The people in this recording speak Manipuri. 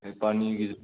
ꯄꯥꯅꯤꯔꯒꯤꯖꯨ